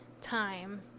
time